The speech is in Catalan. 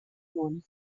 món